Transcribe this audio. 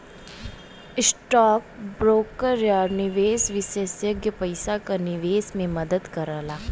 stock broker या निवेश विषेसज्ञ पइसा क निवेश में मदद करला